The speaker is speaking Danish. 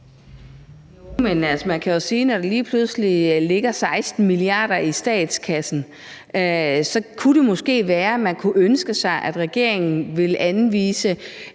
når der lige pludselig ligger 16 mia. kr. i statskassen, kunne det måske være, man kunne ønske sig, at regeringen ville anvise